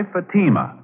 Fatima